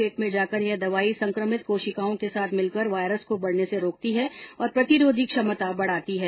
पेट में जाकर यह दवाई संक्रमित कोशिकाओं के साथ मिलकर वायरस को बढने से रोकती है और प्रतिरोधी क्षमता बढाती है